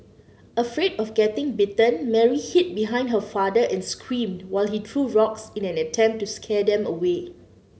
afraid of getting bitten Mary hid behind her father and screamed while he threw rocks in an attempt to scare them away